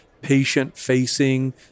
patient-facing